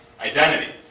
identity